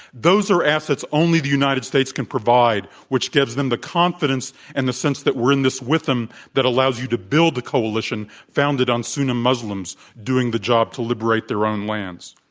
those are assets only the united states can provide, which gives them the confidence and the sense that we're in this with them that allows you to build a coalition founded on sunni muslims doing the job to liberate their own lands,